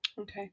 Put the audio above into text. okay